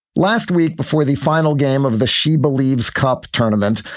last week, before the final game of the she believes cup tournament,